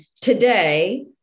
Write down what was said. Today